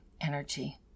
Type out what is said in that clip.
energy